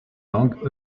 langues